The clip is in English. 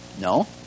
no